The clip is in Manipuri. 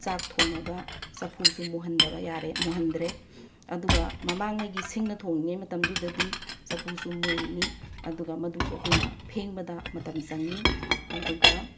ꯆꯥꯛ ꯊꯣꯡꯉꯒ ꯆꯐꯨꯁꯨ ꯃꯨꯍꯟꯗꯕ ꯌꯥꯔꯦ ꯃꯨꯍꯟꯗ꯭ꯔꯦ ꯑꯗꯨꯒ ꯃꯃꯥꯡꯉꯩꯒꯤ ꯁꯤꯡꯅ ꯊꯣꯡꯉꯤꯉꯩ ꯃꯇꯝꯗꯨꯗꯗꯤ ꯆꯐꯨꯁꯨ ꯃꯨꯔꯤꯅꯤ ꯑꯗꯨꯒ ꯃꯗꯨꯁꯨ ꯑꯩꯈꯣꯏꯅ ꯐꯦꯡꯕꯗ ꯃꯇꯝ ꯆꯪꯏ ꯑꯗꯨꯒ